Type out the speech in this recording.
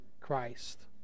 Christ